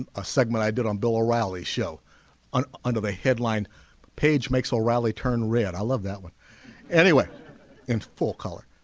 um a segment i did on bill o'reilly show under the headline page makes a rally turn red i love that one anyway in full color